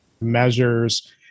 measures